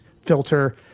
filter